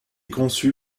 conçu